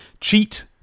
Cheat